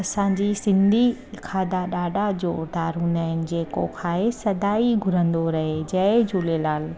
असांजी सिंधी खाधा ॾाढा ज़ोरदारु हूंदा आहिनि जेको खाए सदा ई घुरंदो रहे जय झूलेलाल